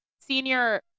senior